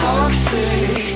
Toxic